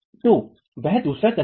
तो वह दूसरा तंत्र है